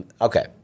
Okay